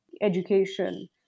education